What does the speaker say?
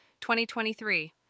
2023